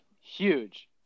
Huge